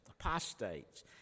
Apostates